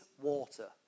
water